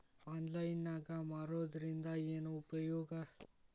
Online ನಾಗ್ ಮಾರೋದ್ರಿಂದ ಏನು ಉಪಯೋಗ?